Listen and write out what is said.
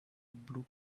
blue